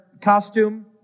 costume